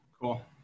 Cool